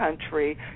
country